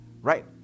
Right